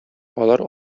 алар